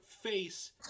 face